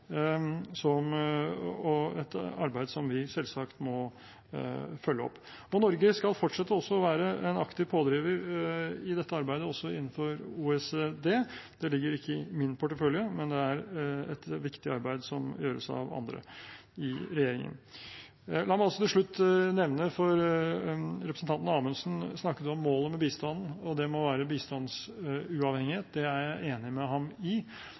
et arbeid som vi selvsagt må følge opp. Norge skal fortsette å være en aktiv pådriver i dette arbeidet også innenfor OECD. Det ligger ikke i min portefølje, men det er et viktig arbeid som gjøres av andre i regjeringen. Representanten Amundsen snakket om målet med bistanden, og at det må være bistandsuavhengighet. Det er jeg enig med ham i,